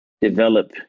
develop